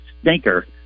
stinker